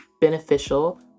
beneficial